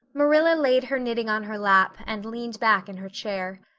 marilla laid her knitting on her lap and leaned back in her chair.